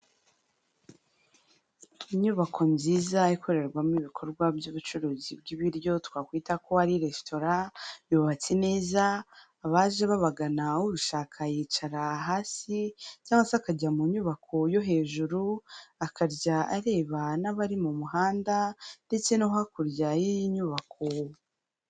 Inyubako nziza ikorerwamo ibikorwa by'ubucuruzi bw'ibiryo, twakwita ko ari resitora, yubatse neza, abaje babagana ubishaka yicara hasi cyangwa se akajya mu nyubako yo hejuru, akajya areba n'abari mu muhanda, ndetse no hakurya y'iyi nyubako.